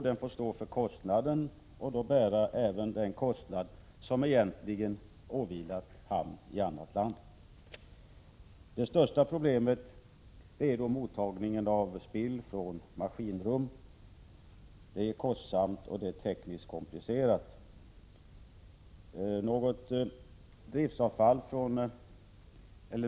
Denna hamn får då bära den kostnad som egentligen åvilat hamn i annat land. Det största problemet är mottagningen av spill från maskinrum. Det är kostsamt och tekniskt komplicerat.